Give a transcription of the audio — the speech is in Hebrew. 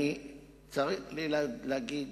אני צריך להגיד